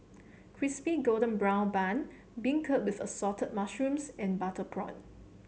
Crispy Golden Brown Bun beancurd with Assorted Mushrooms and Butter Prawn